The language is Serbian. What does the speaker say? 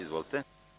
Izvolite.